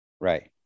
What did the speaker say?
right